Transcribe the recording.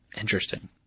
Interesting